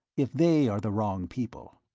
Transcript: if they are the wrong people.